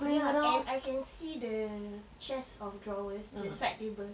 ya and I can see the chest of drawers the side table